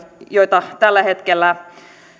joita tällä hetkellä